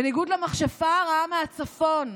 בניגוד למכשפה הרעה מהצפון,